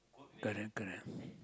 correct correct